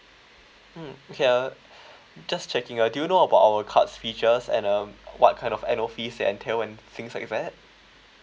hmm okay uh just checking uh do you know about our cards features and um what kind of annual fees and tail and things like that